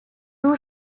two